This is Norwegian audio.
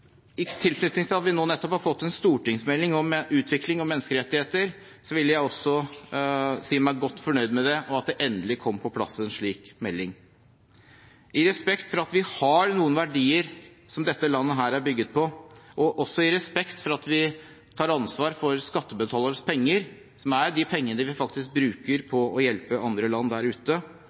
tilknytning til at vi nå nettopp har fått en stortingsmelding om utvikling og menneskerettigheter, vil jeg også si meg godt fornøyd med det og at det endelig kom på plass en slik melding. I respekt for at vi har noen verdier som dette landet er bygget på, og også i respekt for at vi tar ansvar for skattebetalernes penger, som er de pengene vi faktisk bruker på å hjelpe andre land der ute,